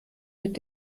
mit